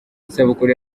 isabukuru